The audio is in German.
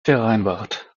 vereinbart